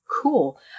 cool